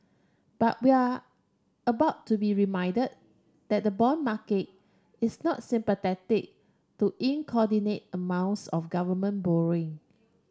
but we are about to be reminded that the bond market is not sympathetic to amounts of government borrowing